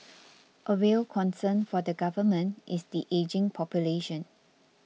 a real concern for the Government is the ageing population